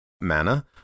Mana